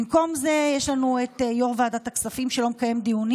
במקום זה יש לנו את יו"ר ועדת הכספים שלא מקיים דיונים